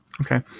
Okay